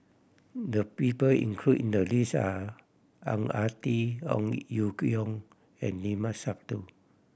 the people include in the list are Ang Ah Tee Ong Ye Kung and Limat Sabtu